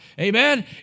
amen